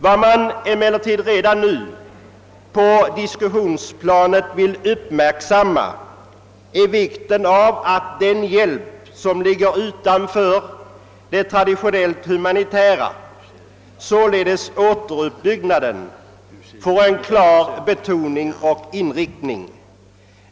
Vad man emellertid redan nu på diskussionsplanet vill uppmärksamma är vikten av att den hjälp som ligger utanför det traditionellt humanitära, således återuppbyggnaden, får en klar betoning och inriktning.